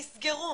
נסגרו.